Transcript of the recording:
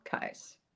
case